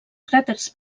cràters